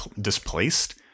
displaced